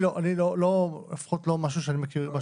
זה לא משהו שאני מכיר.